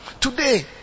Today